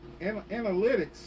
analytics